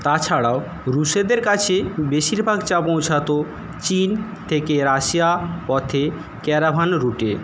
তাছাড়াও রুশেদের কাছে বেশিরভাগ চা পৌঁছাত চীন থেকে রাশিয়া পথে ক্যারাভান রুটে